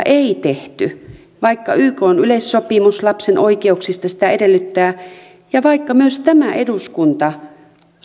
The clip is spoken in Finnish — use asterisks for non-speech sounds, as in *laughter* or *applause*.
*unintelligible* ei tehty vaikka ykn yleissopimus lapsen oikeuksista sitä edellyttää ja vaikka myös tämä eduskunta